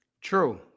True